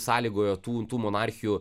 sąlygojo tų tų monarchijų